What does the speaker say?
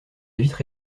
vitre